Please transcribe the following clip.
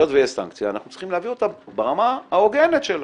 היות שיש סנקציה אנחנו צריכים להביא אותה ברמה ההוגנת שלה,